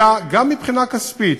אלא מבחינה כספית,